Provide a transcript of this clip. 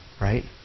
Right